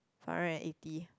five hundred and eighty